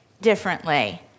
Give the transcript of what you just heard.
differently